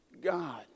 God